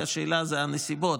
והשאלה היא רק הנסיבות,